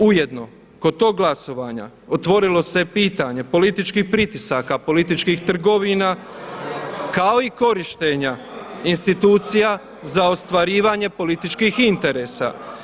Ujedno, kod tog glasovanja otvorilo se pitanje političkih pritisaka, političkih trgovina kao i korištenja institucija za ostvarivanje političkih interesa.